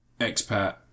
expat